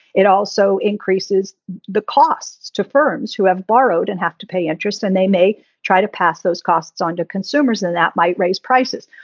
it also increases the costs to firms who have borrowed and have to pay interest. and they may try to pass those costs onto consumers and that might raise prices.